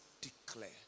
declare